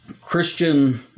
Christian